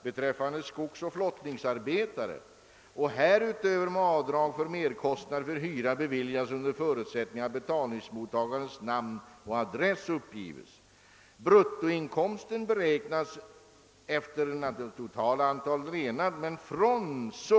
Bruttoinkomsten beräknas även i detta fall efter totala antalet renar.